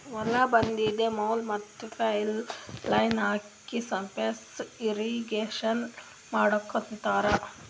ಹೊಲ್ದ ಬಂದರಿ ಮ್ಯಾಲ್ ಮತ್ತ್ ಪೈಪ್ ಲೈನ್ ಹಾಕ್ಸಿ ಸರ್ಫೇಸ್ ಇರ್ರೀಗೇಷನ್ ಮಾಡ್ಕೋತ್ತಾರ್